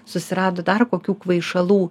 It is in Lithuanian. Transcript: susirado dar kokių kvaišalų